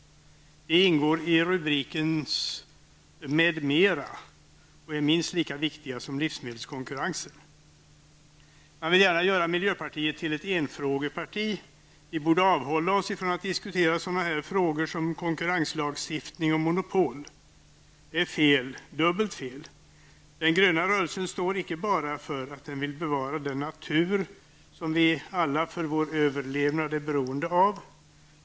De ingår i rubrikens ''m.m.'' och är minst lika viktiga som livsmedelskonkurrensen. Man vill gärna göra miljöpartiet till ett enfrågeparti. Vi borde väl då avhålla oss från att diskutera sådana här frågor som konkurrenslagstiftning och monopol. Det är fel -- dubbelt fel. Den gröna rörelsen står inte bara för att bevara den natur som vi alla för vår överlevnad är helt beroende av.